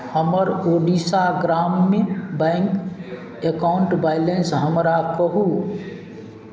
हमर ओडिसा ग्रामिण bank account balance हमरा कहू